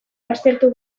baztertu